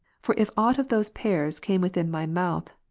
for if aught of those pears came within my mouth,